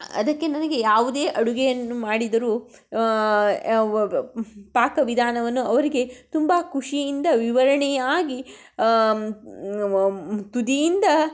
ಅದಕ್ಕೆ ನನಗೆ ಯಾವುದೇ ಅಡುಗೆಯನ್ನು ಮಾಡಿದರು ವ ಪಾಕವಿಧಾನವನ್ನು ಅವರಿಗೆ ತುಂಬಾ ಖುಷಿಯಿಂದ ವಿವರಣೆಯಾಗಿ ತುದಿಯಿಂದ